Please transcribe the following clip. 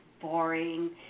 boring